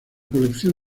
colección